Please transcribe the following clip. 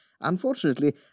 Unfortunately